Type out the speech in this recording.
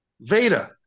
Veda